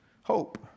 hope